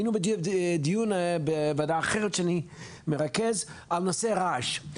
היינו בדיון בוועדה אחרת שאני מרכז בנושא הרעש.